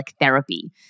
therapy